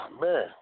man